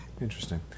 Interesting